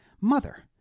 Mother